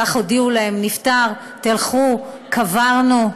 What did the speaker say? כך הודיעו להם, נפטר, תלכו, קברנו.